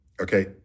okay